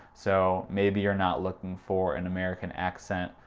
so maybe you're not looking for an american accent,